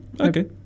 okay